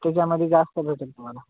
त्याच्यामध्ये जास्त भेटेल तुम्हाला